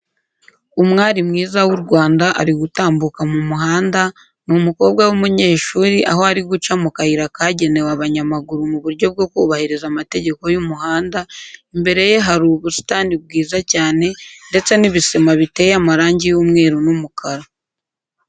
Umwari mwiza w'u Rwanda ari gutambuka mu muhanda, ni umukobwa w'umunyeshuri aho ari guca mu kayira kagenewe abanyamaguru mu buryo bwo kubahiriza amategeko y'umuhanda, imbere ye hari umusitani bwiza cyane ndetse n'ibisima biteye amarangi y'umweru n'umukara.